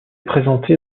présenté